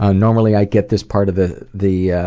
ah normally i get this part of the the